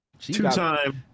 Two-time